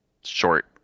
short